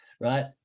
right